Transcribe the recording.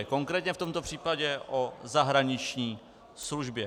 Konkrétně v tomto případě o zahraniční službě.